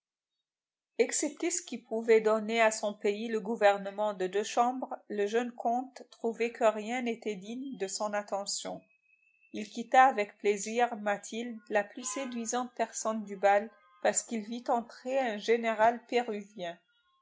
excepté ce qui pouvait donner à son pays le gouvernement de deux chambres le jeune comte trouvait que rien n'était digne de son attention il quitta avec plaisir mathilde la plus séduisante personne du bal parce qu'il vit entrer un général péruvien